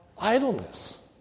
idleness